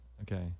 Okay